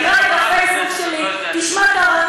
תקרא את הפייסבוק שלי,